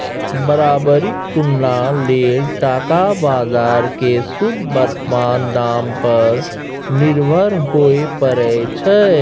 बराबरीक तुलना लेल टका बजार केँ शुद्ध बर्तमान दाम पर निर्भर हुअए परै छै